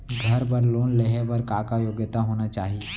घर बर लोन लेहे बर का का योग्यता होना चाही?